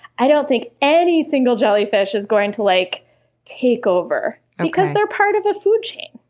i don't think any single jellyfish is going to like take over, because they're part of a food chain,